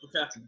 Okay